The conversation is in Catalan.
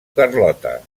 carlota